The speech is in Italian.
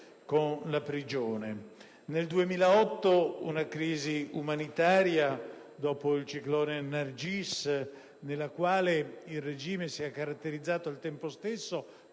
con la prigione. Nel 2008 vi è stata una crisi umanitaria dopo il ciclone Nargis, rispetto alla quale il regime si è caratterizzato, al tempo stesso,